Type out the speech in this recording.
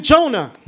Jonah